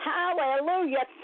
Hallelujah